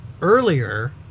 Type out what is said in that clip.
earlier